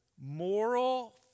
moral